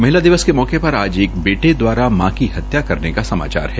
महिला दिवस के मौके पर आज एक बेटे दवारा मां की हत्या करने का समाचार है